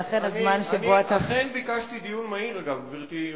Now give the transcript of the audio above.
אכן ביקשתי דיון מהיר, אגב, גברתי היושבת-ראש,